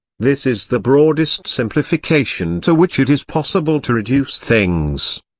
this is the broadest simplification to which it is possible to reduce things.